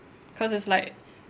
cause it's like